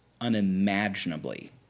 unimaginably